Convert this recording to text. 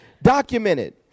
Documented